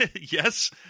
Yes